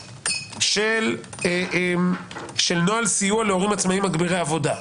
של נוהל סיוע להורים עצמאים מגבירי עבודה.